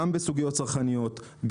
גם בסוגיות צרכניות,